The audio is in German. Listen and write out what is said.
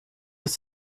ist